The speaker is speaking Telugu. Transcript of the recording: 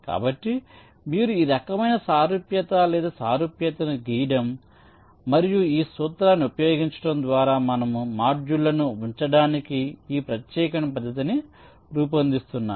కాబట్టి మీరు ఈ రకమైన సారూప్యత లేదా సారూప్యతను గీయడం మరియు ఈ సూత్రాన్ని ఉపయోగించడం ద్వారా మనము మాడ్యూళ్ళను ఉంచడానికి ఈ ప్రత్యేకమైన పద్ధతిని రూపొందిస్తున్నాము